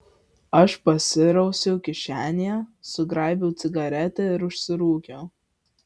aš pasirausiau kišenėje sugraibiau cigaretę ir užsirūkiau